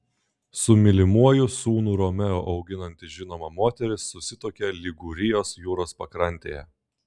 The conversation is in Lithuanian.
su mylimuoju sūnų romeo auginanti žinoma moteris susituokė ligūrijos jūros pakrantėje